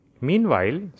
Meanwhile